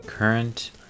Current